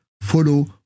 follow